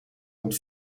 rond